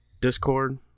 Discord